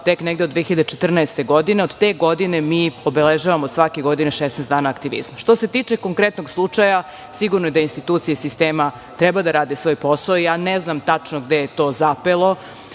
tek negde od 2014. godine. Od te godine mi obeležavamo svake godine 16 dana aktivizma. Što se tiče konkretnog slučaja sigurno je da institucije sistema treba da rade svoj posao. Ne znam tačno gde je to zapelo,